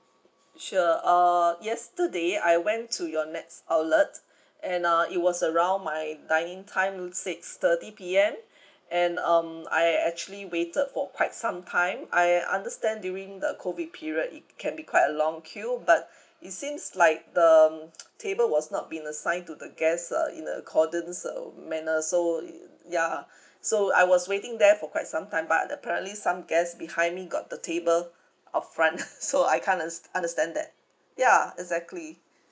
sure uh yesterday I went to your nex outlet and uh it was around my dining time six thirty P M and um I actually waited for quite some time I understand during the COVID period it can be quite a long queue but it seems like the table was not been assigned to the guest ah in accordance the manner so ya so I was waiting there for quite sometime but apparently some guest behind me got the table up front so I can't und~ understand that ya exactly